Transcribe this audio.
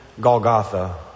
Golgotha